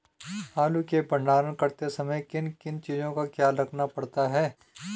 आलू के भंडारण करते समय किन किन चीज़ों का ख्याल रखना पड़ता है?